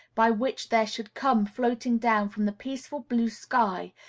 by which there should come floating down from the peaceful blue sky,